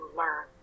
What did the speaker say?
learn